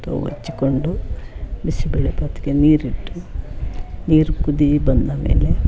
stove ಹಚ್ಚಿಕೊಂಡು ಬಿಸಿಬೇಳೆಭಾತಿಗೆ ನೀರು ಇಟ್ಟು ನೀರು ಕುದಿ ಬಂದ ಮೇಲೆ